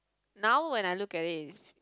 now when I look at it is